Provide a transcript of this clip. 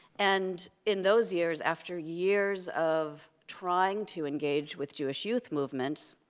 and in those years, after years of trying to engage with jewish youth movements,